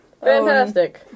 Fantastic